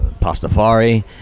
pastafari